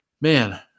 Man